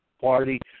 party